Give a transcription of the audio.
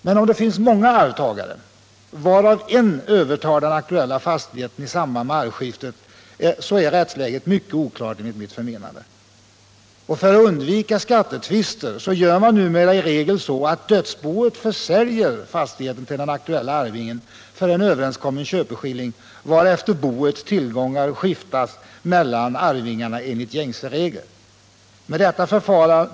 Men om det finns många arvtagare, varav en övertar den aktuella fastigheten i samband med arvskiftet, är rättsläget mycket oklart enligt mitt förmenande. För att undvika skattetvister gör man numera i regel så, att dödsboet försäljer fastigheten till den aktuella arvingen för en överenskommen köpeskilling, varefter boets tillgångar skiftas mellan arvingarna enligt gängse regler.